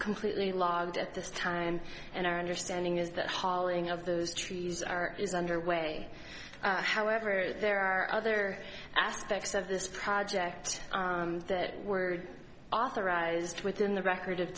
completely logged at this time and our understanding is that hauling of those trees are is underway however there are other aspects of this project that were authorized within the record of